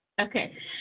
Okay